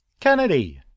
Kennedy